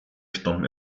stamm